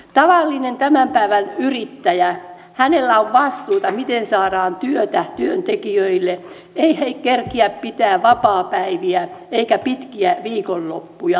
tavallisella tämän päivän yrittäjällä on vastuuta miten saadaan työtä työntekijöille eivät he kerkiä pitämään vapaapäiviä eivätkä pitkiä viikonloppuja